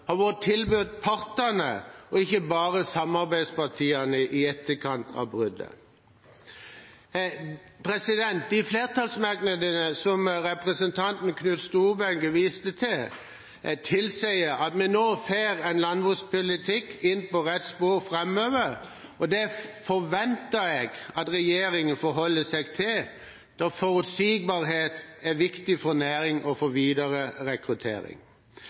kr vært tilbydd partene, ikke bare samarbeidspartiene i etterkant av bruddet. Flertallsmerknadene som representanten Knut Storberget viste til, tilsier at vi nå får en landbrukspolitikk på rett spor framover. Det forventer jeg at regjeringen forholder seg til, da forutsigbarhet er viktig for næringen og for videre rekruttering.